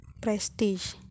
prestige